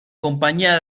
compañía